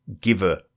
giver